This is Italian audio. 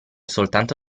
soltanto